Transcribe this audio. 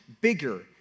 bigger